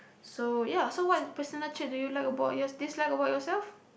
so ya so what personal trait do you like dislike about yourself